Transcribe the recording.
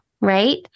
Right